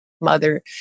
mother